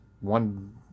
one